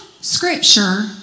scripture